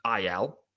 IL